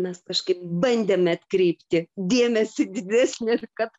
mes kažkaip bandėme atkreipti dėmesį didesnį ir kad